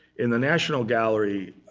in the national gallery,